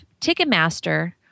Ticketmaster